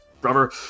brother